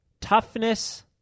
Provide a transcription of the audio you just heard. toughness